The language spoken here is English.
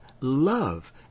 love